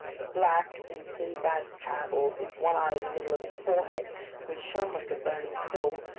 the black in sinbad's travels with one eye in the middle of his forehead which shone like a burning coal,